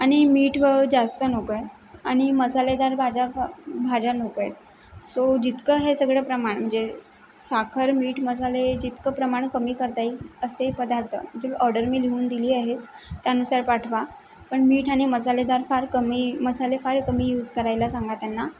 आणि मीठ व जास्त नको आहे आणि मसालेदार भाज भाज्या नको आहे सो जितकं हे सगळं प्रमाण म्हणजे साखर मीठ मसाले जितकं प्रमाण कमी करता येईल असे पदार्थ जे ऑर्डर मी लिहून दिली आहेच त्यानुसार पाठवा पण मीठ आणि मसालेदार फार कमी मसाले फार कमी यूज करायला सांगा त्यांना